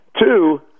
Two